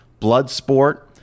Bloodsport